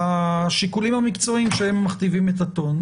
בשיקולים המקצועיים שמכתיבים את הטון.